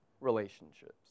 relationships